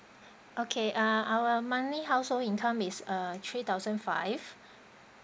okay ah our monthly household income is uh three thousand five